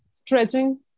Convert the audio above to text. Stretching